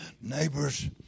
Neighbors